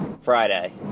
Friday